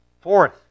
Fourth